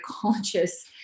conscious